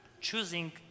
Choosing